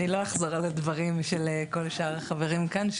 אני לא אחזור על הדברים של כל שאר החברים כאן,